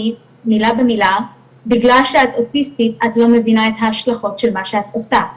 מילה במילה "בגלל שאת אוטיסטית את לא מבינה את ההשלכות של מה שאת עושה,